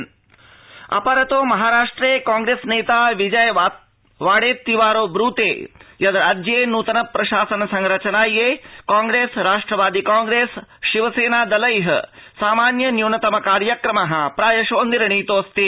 महाराष्ट्रम राजनीतिः अपरतो महाराष्ट्रे कांग्रेस नेता विजय वाड़ेत्तिवारो ब्रूते यद् राज्ये नूतन प्रशासन संरचनायै कांग्रेस राष्ट्रवादिकांग्रेस शिवसेना दलैः सामान्य न्यूनतम कार्यक्रमः प्रायशो निर्णीतोऽस्ति